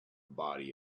body